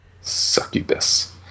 Succubus